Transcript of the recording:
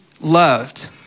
loved